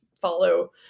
follow